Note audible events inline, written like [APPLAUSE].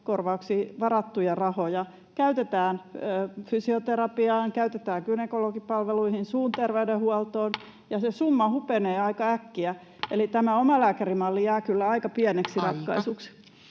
Kela-korvauksiin varattuja rahoja käytetään fysioterapiaan, gynekologipalveluihin, suunterveydenhuoltoon? [NOISE] Se summa hupenee aika äkkiä, eli tämä omalääkärimalli jää kyllä aika pieneksi ratkaisuksi.